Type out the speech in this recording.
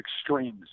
extremes